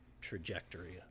trajectory